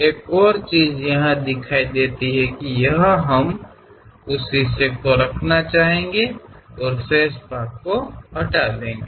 एक और चीज़ यहा दिखाई देती हैं की यहाँ हम उस हिस्से को रखना चाहेंगे और शेष भाग को हटा देंगे